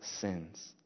sins